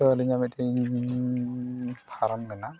ᱛᱳ ᱟᱹᱞᱤᱧᱟᱜ ᱢᱤᱫᱴᱤᱡ ᱯᱷᱟᱨᱟᱢ ᱢᱮᱱᱟᱜᱼᱟ